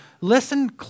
Listen